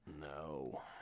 No